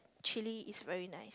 chilli is very nice